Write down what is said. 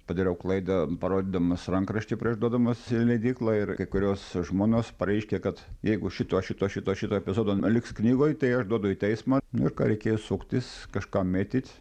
padariau klaidą parodydamas rankraštį prieš duodamas į leidyklą ir kai kurios žmonės pareiškė kad jeigu šito šito šito šito epizodo neliks knygoj tai aš duodu į teismą nu ir ką reikėjo suktis kažką mėtyt